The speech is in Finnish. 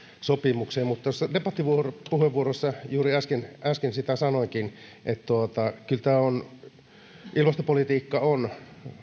sopimuksiin mutta tuossa debattipuheenvuorossa juuri äsken äsken sitä sanoinkin että tämä ilmastopolitiikka on